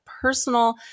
personal